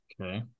Okay